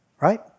right